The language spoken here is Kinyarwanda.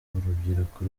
urubyiruko